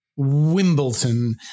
Wimbledon